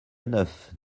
neuf